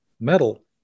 metal